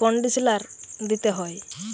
কনডিসলার দিতে হয়